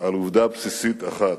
על עובדה בסיסית אחת: